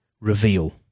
reveal